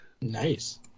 Nice